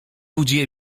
budzi